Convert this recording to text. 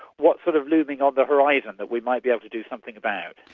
what's sort of looming on the horizon that we might be able to do something about.